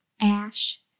Ash